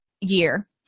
year